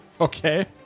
Okay